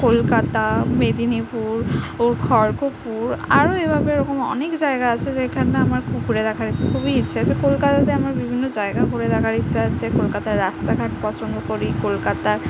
কলকাতা মেদিনীপুর ও খড়গপুর আরও এইভাবে ওরকম অনেক জায়গা আছে যেখানটা আমার খুব ঘুরে দেখার খুবই ইচ্ছে আছে কলকাতাতে আমার বিভিন্ন জায়গা ঘুরে দেখার ইচ্ছা আছে কলকাতার রাস্তাঘাট পছন্দ করি কলকাতা